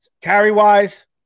Carry-wise